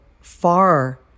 far